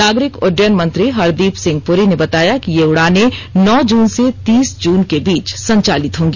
नागरिक उड्डयन मंत्री हरदीप सिंह पूरी ने बताया कि ये उड़ाने नौ जून से तीस जून के बीच संचालित होंगी